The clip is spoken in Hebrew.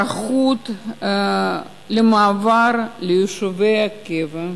על היערכות למעבר ליישובי הקבע,